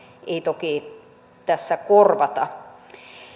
ei toki tässä korvata